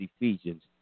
Ephesians